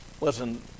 Listen